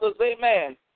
amen